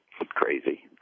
crazy